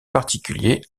particulier